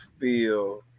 feel